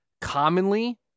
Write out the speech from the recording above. commonly